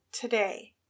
today